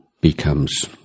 becomes